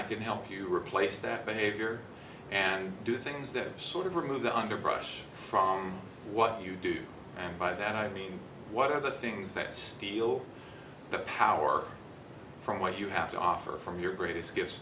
i can help you replace that behavior and do things that sort of remove the underbrush from what you do and by that i mean what are the things that steal the power from what you have to offer from your greatest gifts